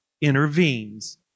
intervenes